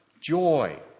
joy